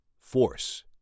force